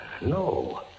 no